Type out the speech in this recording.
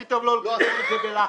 הכי טוב לא לקדם את זה בלחץ,